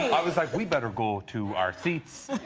i was like we better go to our seats